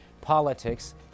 politics